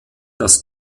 das